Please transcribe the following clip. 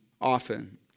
often